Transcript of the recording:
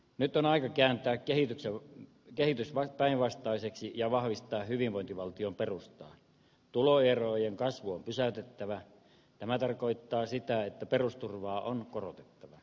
nyt on aika kääntää kehityksen kehitys on päinvastaisiksi ja vahvistaa hyvinvointivaltion perustaa tuloerojen kasvu on pysäytettävä tämä tarkoittaa sitä että perusturvaa on korotettava